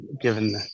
given